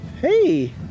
Hey